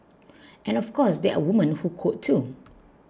and of course there are women who code too